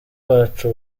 wacu